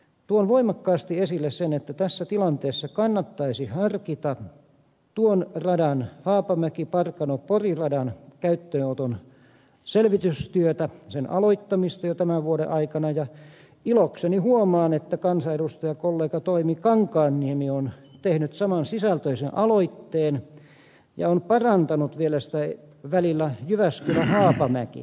tuon voimakkaasti esille sen että tässä tilanteessa kannattaisi harkita tuon radan haapamäkiparkanopori radan käyttöönoton selvitystyötä sen aloittamista jo tämän vuoden aikana ja ilokseni huomaan että kansanedustajakollega toimi kankaanniemi on tehnyt saman sisältöisen aloitteen ja on parantanut vielä sitä välillä jyväskylähaapamäki